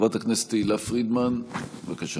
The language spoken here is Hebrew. חברת הכנסת תהלה פרידמן, בבקשה.